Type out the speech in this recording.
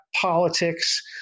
politics